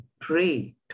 pray